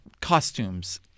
costumes